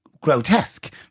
grotesque